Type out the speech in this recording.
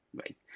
right